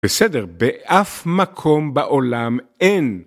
בסדר? באף מקום בעולם אין!